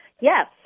Yes